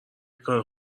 کار